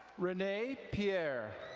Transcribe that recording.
renee pierre.